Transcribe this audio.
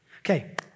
Okay